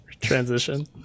transition